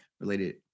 related